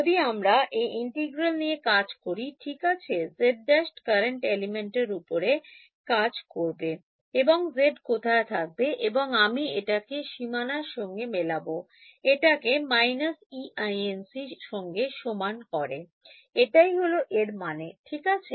যদি আমরা এই integral নিয়ে কাজ করি ঠিক আছে z′ current element এর উপর কাজ করবে এবং z কোথায় থাকবে এবং আমি এটাকে সীমানার সঙ্গে মেলাবো এটাকে − Einc এর সঙ্গে সমান করে এটাই হল এর মানে ঠিক আছে